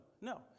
No